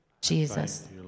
Jesus